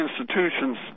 institutions